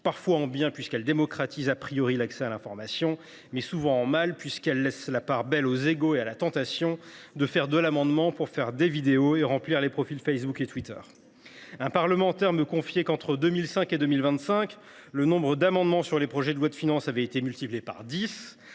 parfois en bien, puisqu’elle démocratise l’accès à l’information, mais souvent en mal, puisqu’elle fait la part belle aux égos et à la tentation de multiplier le nombre d’amendements pour faire des vidéos et remplir les profils Facebook et Twitter. Un parlementaire me confiait que, entre 2005 et 2025, le nombre d’amendements sur les projets de loi de finances avait été multiplié par dix.